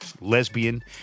lesbian